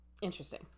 Interesting